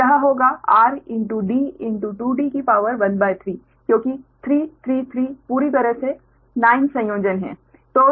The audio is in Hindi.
तो यह होगा r d 2d19 क्योंकि 3 3 3 पूरी तरह से 9 संयोजन हैं